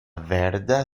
verda